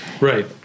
Right